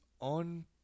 on